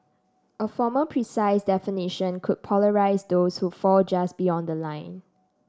a formal precise definition could polarise those who fall just beyond the line